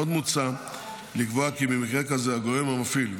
עוד מוצע לקבוע כי במקרה כזה הגורם המפעיל,